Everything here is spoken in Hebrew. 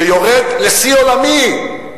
שיורד לשיא עולמי,